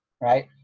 right